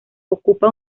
ocupa